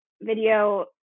video